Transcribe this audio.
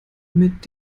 mit